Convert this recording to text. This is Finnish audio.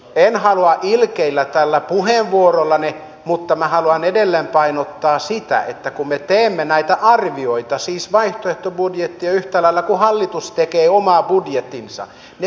en halua ilkeillä tällä puheenvuorollani mutta minä haluan edelleen painottaa sitä että kun me teemme näitä arvioita siis vaihtoehtobudjettia yhtä lailla kuin hallitus tekee omaa budjettiaan ne perustuvat arvioihin